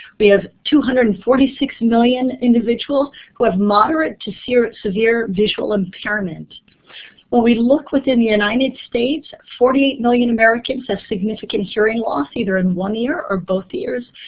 we have two hundred and forty six million individuals who have moderate to serious severe visual impairment. when we look within the united states, forty eight million americans have significant hearing loss either in one ear or both ears.